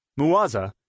Muaza